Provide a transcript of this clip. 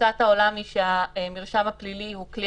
תפיסת העולם הוא שהמרשם הפלילי הוא כלי